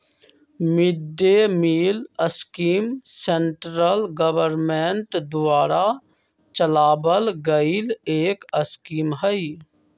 mid day meal scheme central government द्वारा चलावल गईल एक स्कीम हई